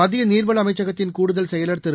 மத்திய நீர்வள அமைச்சகத்தின் கூடுதல் செயலர் திரு